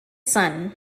son